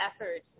efforts